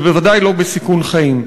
ובוודאי לא בסיכון חיים.